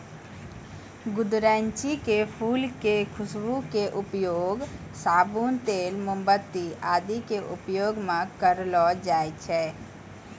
गुदरैंची के फूल के खुशबू के उपयोग साबुन, तेल, मोमबत्ती आदि के उपयोग मं करलो जाय छै